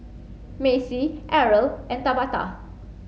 Macey Errol and Tabatha